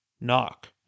knock